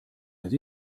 need